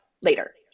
later